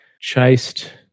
chased